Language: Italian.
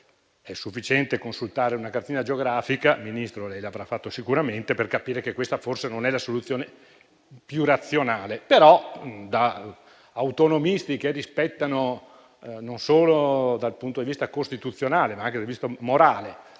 È sufficiente consultare una cartina geografica, Ministro - lei lo avrà fatto sicuramente - per capire che questa, forse, non è la soluzione più razionale; però, da autonomisti che rispettano, dal punto di vista non solo costituzionale ma anche morale,